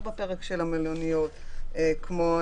אז תנאי הבידוד הלא-מלאים זה שהוא לא לגמרי נמצא בבידוד,